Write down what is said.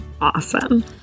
Awesome